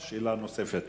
שאלה נוספת.